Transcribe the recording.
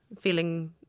feeling